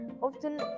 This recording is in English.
often